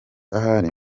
ahari